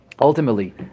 Ultimately